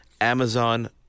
Amazon –